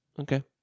Okay